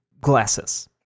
glasses